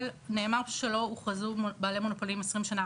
אבל נאמר שלא הוכרזו בעלי מונופולין 20 שנה.